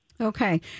Okay